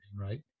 right